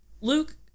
Luke